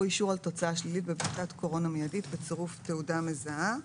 אישור על תוצאה שלילית בבדיקת קורונה מיידית בצירוף תעודה מזהה".